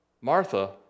Martha